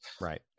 Right